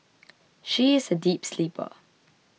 she is a deep sleeper